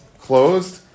closed